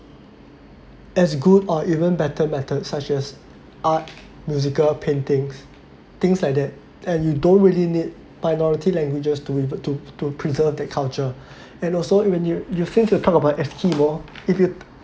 as good or even better method such as art musical paintings things like that and you don't really need minority languages to revert to to preserve that culture and also even you you think the time about if you